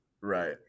right